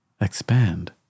expand